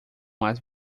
mais